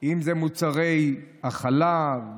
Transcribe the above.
אם זה מוצרי החלב,